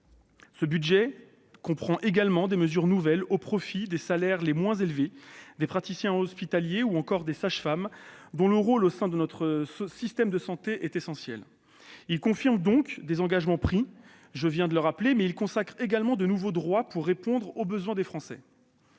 Ce budget comprend également des mesures nouvelles au profit des salaires les moins élevés des praticiens hospitaliers ou encore des sages-femmes, dont le rôle au sein de notre système de santé est essentiel. Il confirme donc, comme je viens de le rappeler, les engagements pris, mais il consacre également de nouveaux droits pour répondre aux besoins des Français.